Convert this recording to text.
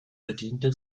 bediente